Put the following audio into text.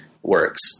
works